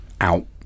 out